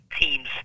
teams